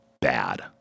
bad